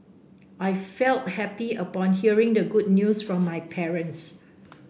I felt happy upon hearing the good news from my parents